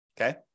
Okay